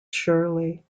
shirley